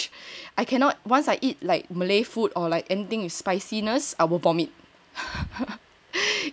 I cannot once I eat like Malay food or like anything with spiciness I will vomit